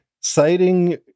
citing